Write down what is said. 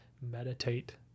meditate